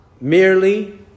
merely